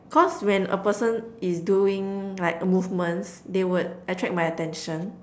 cause when a person is doing like a movement they would attract my attention